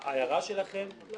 אני לא יודע